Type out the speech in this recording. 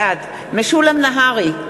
בעד משולם נהרי,